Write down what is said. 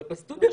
אבל בסטודיו,